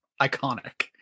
iconic